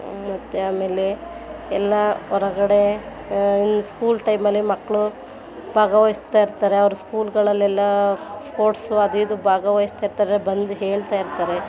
ಮತ್ತು ಆಮೇಲೆ ಎಲ್ಲ ಹೊರಗಡೆ ಏನು ಸ್ಕೂಲ್ ಟೈಮಲ್ಲಿ ಮಕ್ಕಳು ಭಾಗವಹಿಸ್ತಾಯಿರ್ತಾರೆ ಅವ್ರ ಸ್ಕೂಲ್ಗಳಲ್ಲೆಲ್ಲ ಸ್ಪೋರ್ಟ್ಸು ಅದು ಇದು ಭಾಗವಹಿಸ್ತಿರ್ತಾರೆ ಬಂದು ಹೇಳ್ತಾಯಿರ್ತಾರೆ